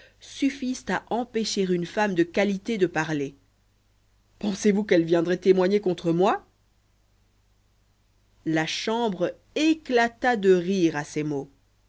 suffisent à empêcher une femme de qualité de parler pensez-vous qu'elle viendrait témoigner contre moi la chambre éclata de rire à ces mots